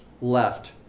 left